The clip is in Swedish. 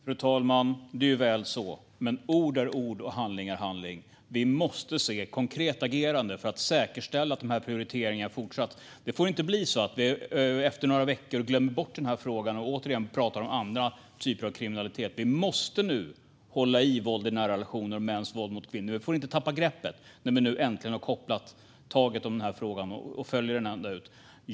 Fru talman! Det är ju väl så. Men ord är ord och handling är handling. Vi måste se konkret agerande för att säkerställa att den här prioriteringen fortsätter. Det får inte bli så att vi efter några veckor glömmer bort den här frågan och återigen pratar om andra typer av kriminalitet. Vi måste nu hålla i våld i nära relationer och mäns våld mot kvinnor. Vi får inte tappa greppet när vi nu äntligen har kopplat taget om den här frågan. Vi måste följa den ända ut.